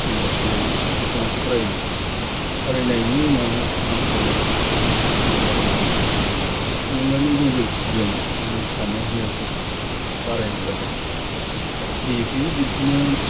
सुंद' सल' बिफोरखो बिथाङा फरायोमोन फरायनायनि उनाव आंखो गोबां थुलुंगा होबोदों बे थुलुंगानि गेजेरफोरजों आंनि साननाय हनायफ्राबो बारायबोबाय आरो फैयै फैयै बिदिनो